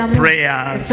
prayers